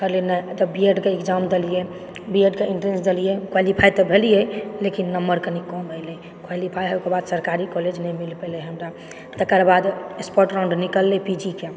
कहली नहि तब बीएडके एग्जाम देलियै बीएडके इंट्रेंस देलियै क्वालीफाई तऽ भेलियै लेकिन नंबर कनि कम एलै क्वालीफाई ओकर बाद सरकारी कॉलेज नहि मिल पयलै हमरा तकर बाद स्पॉट राउण्ड निकललै पीजीके